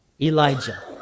Elijah